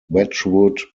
wedgwood